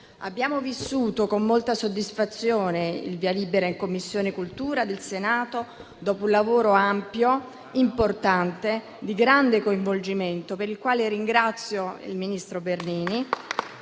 Abbiamo vissuto con molta soddisfazione il via libera da parte della 7ª Commissione del Senato, dopo un lavoro ampio, importante e di grande coinvolgimento, per il quale ringrazio il ministro Bernini